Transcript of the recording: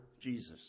Jesus